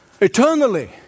eternally